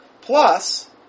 plus